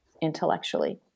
intellectually